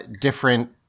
different